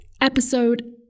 episode